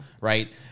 right